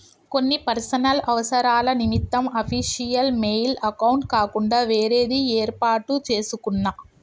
కొన్ని పర్సనల్ అవసరాల నిమిత్తం అఫీషియల్ మెయిల్ అకౌంట్ కాకుండా వేరేది యేర్పాటు చేసుకున్నా